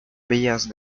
vías